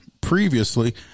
previously